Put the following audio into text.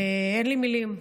אין לי מילים.